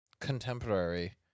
contemporary